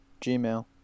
Gmail